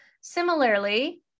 Similarly